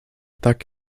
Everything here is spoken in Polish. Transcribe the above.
tak